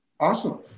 Awesome